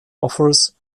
offers